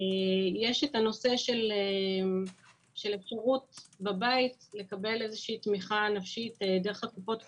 יש הנושא של אפשרות לקבל בבית איזה תמיכה נפשית דרך קופות החולים,